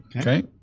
Okay